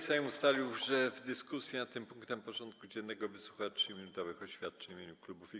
Sejm ustalił, że w dyskusji nad tym punktem porządku dziennego wysłucha 3-minutowych oświadczeń w imieniu klubów i kół.